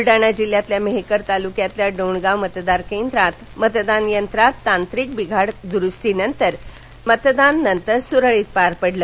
बुलडाणा जिल्ह्यातील मेहकर तालुक्यातील डोणगाव मतदान केंद्रात मतदान यंत्रात तांत्रिक बिघाड द्रुस्तीनंतर मतदान सुरळीत पार पडलं